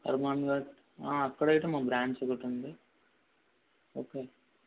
కర్మాంఘాట్ అక్కడైతే మాకు బ్రాంచ్ ఒకటి ఉంది ఓకే